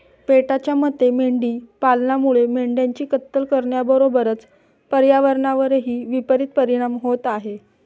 पेटाच्या मते मेंढी पालनामुळे मेंढ्यांची कत्तल करण्याबरोबरच पर्यावरणावरही विपरित परिणाम होत आहे